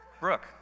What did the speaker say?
Brooke